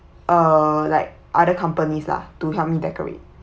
uh like other companies lah to help me decorate